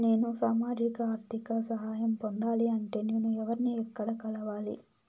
నేను సామాజిక ఆర్థిక సహాయం పొందాలి అంటే నేను ఎవర్ని ఎక్కడ కలవాలి?